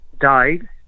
died